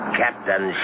captain